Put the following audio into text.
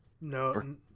no